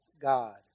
God